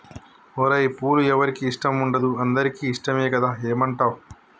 ఓరై పూలు ఎవరికి ఇష్టం ఉండదు అందరికీ ఇష్టమే కదా ఏమంటావ్